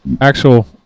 actual